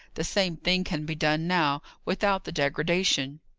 the same thing can be done now, without the degradation.